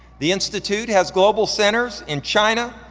the institute has global centers in china,